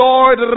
Lord